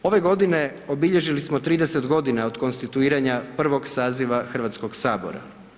Ove godine obilježili smo 30 godina od konstituiranja prvog saziva Hrvatskoga sabora.